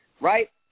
right